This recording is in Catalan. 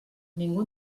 ningú